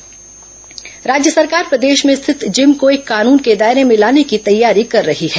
gym कानन राज्य सरकार प्रदेश में स्थित जिम को एक कानून के दायरे में लाने की तैयारी कर रही है